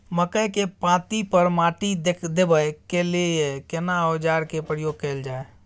मकई के पाँति पर माटी देबै के लिए केना औजार के प्रयोग कैल जाय?